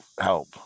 help